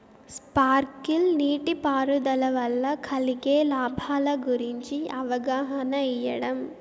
Sprinkle నీటిపారుదల వల్ల కలిగే లాభాల గురించి అవగాహన ఇయ్యడం?